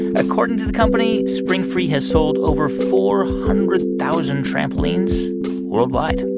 according to the company, springfree has sold over four hundred thousand trampolines worldwide